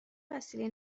وسیله